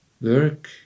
work